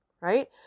Right